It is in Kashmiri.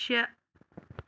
شےٚ